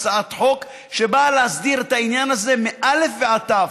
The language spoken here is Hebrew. הצעת חוק שבאה להסדיר את העניין הזה מא' ועד ת'.